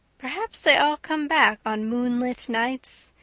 perhaps they all come back on moonlit nights.